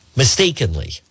mistakenly